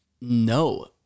No